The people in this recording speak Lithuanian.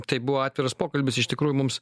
tai buvo atviras pokalbis iš tikrųjų mums